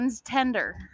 tender